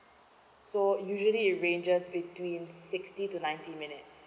so usually it ranges between sixty to nineteen minutes